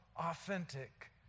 authentic